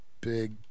Big